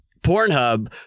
Pornhub